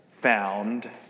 found